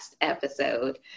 episode